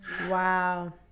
Wow